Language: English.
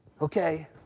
Okay